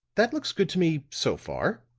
that looks good to me, so far.